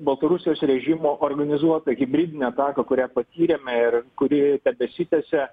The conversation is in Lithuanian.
baltarusijos režimo organizuotą hibridinę ataką kurią patyrėme ir kuri tebesitęsia